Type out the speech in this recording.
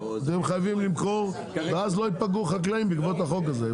אתם חייבים למכור ואז לא ייפגעו חקלאים בעקבות החוק הזה.